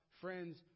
friends